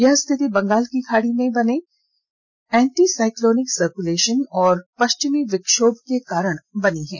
यह स्थिति बंगाल की खाड़ी में बने एंटीसाक्लोनिक सर्कुलेषन और पष्चिमी विक्षोम के कारण बनी हई है